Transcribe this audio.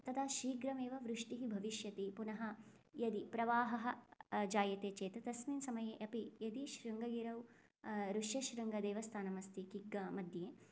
तदा शीघ्रमेव वृष्टिः भविष्यति पुनः यदि प्रवाहः जायते चेत् तस्मिन् समये अपि यदि शृङ्गगिरौ ऋष्यशृङ्गदेवस्थानम् अस्ति किग्गा मध्ये